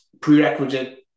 prerequisite